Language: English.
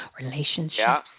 Relationships